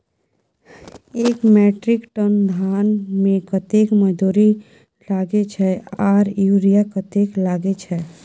एक metric ton धान में कतेक मजदूरी लागे छै आर यूरिया कतेक लागे छै?